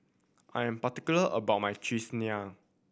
I am particular about my cheese